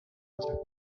otras